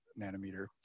nanometer